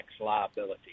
liability